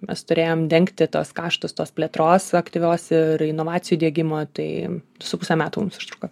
mes turėjom dengti tuos kaštus tos plėtros aktyvios ir inovacijų diegimo tai du su puse metų mums užtruko